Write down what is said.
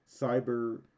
cyber